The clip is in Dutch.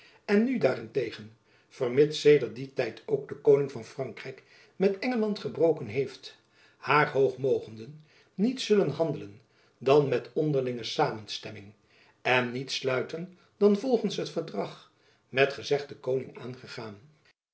en nu daarentegen vermits sedert dien tijd ook de koning van frankrijk met engeland gebroken heeft haar hoog mogenden niet zullen handelen dan met onderlinge samenstemming en niet sluiten dan volgends het verdrag met gezegden koning aangegaan